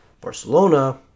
Barcelona